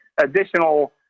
additional